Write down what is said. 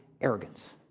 arrogance